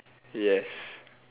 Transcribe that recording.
yes